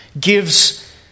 gives